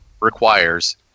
requires